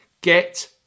get